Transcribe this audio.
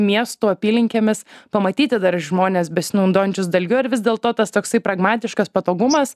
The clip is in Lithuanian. miesto apylinkėmis pamatyti dar žmones besinaudojančius dalgiu ar vis dėl to tas toksai pragmatiškas patogumas